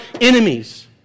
enemies